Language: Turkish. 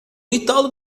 iddialı